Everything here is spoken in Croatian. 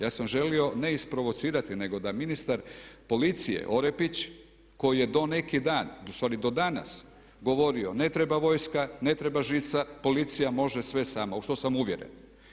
Ja sam želio ne isprovocirati, nego da ministar policije Orepić koji je do neki dan, u stvari do danas govorio ne treba vojska, ne treba žica, policija može sve sama u što sam uvjeren.